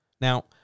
Now